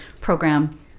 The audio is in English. program